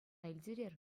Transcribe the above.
илтерер